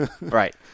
Right